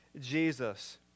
Jesus